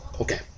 Okay